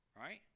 Right